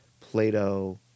Plato